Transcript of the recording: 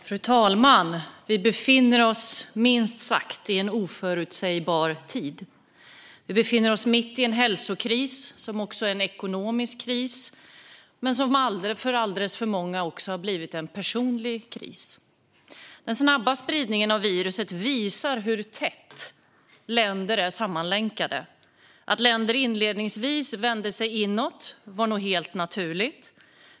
Fru talman! Vi befinner oss minst sagt i en oförutsägbar tid. Vi befinner oss mitt i en hälsokris som också är en ekonomisk kris och som för alldeles för många också har blivit en personlig kris. Den snabba spridningen av viruset visar hur tätt länder är sammanlänkade. Att länder inledningsvis vänder sig inåt är nog helt naturligt.